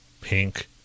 pink